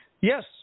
Yes